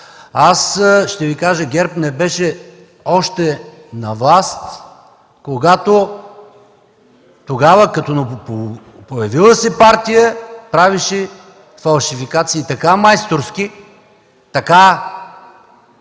Аз ще Ви кажа: ГЕРБ не беше още на власт, когато тогава, като новопоявила се партия, правеше фалшификации така майсторски, така